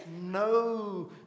no